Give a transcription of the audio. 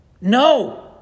No